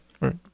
right